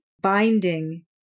binding